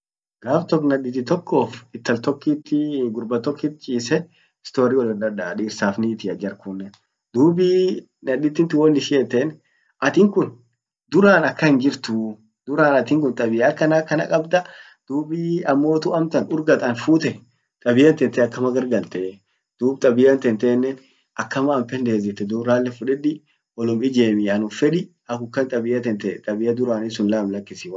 gaf tok naditi tokkof intal tokkit gurba tokkit cchise stori woliddadani dirsaf nitia jarkunnen. Dub naditin tun won ishin eten atin kun duran akan hinjirtu, duran atinkun tabia akana akana kabda dub ammotu amtan urg an fute tabian tente akama gar galte dub tabian tentenen akama anpendezite dub ralle fudedi wolum ijemi anumfedi akum kan tabia tente tabia durani won durani sun lam lakisiwon durani.